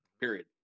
period